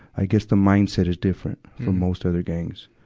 i guess the mindset is different from most other gangs.